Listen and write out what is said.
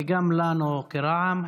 וגם לנו כרע"מ,